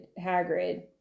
Hagrid